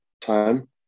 time